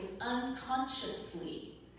unconsciously